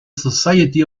society